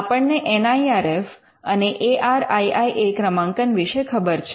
આપણને N I R F ને A R I I A ક્રમાંકન વિશે ખબર છે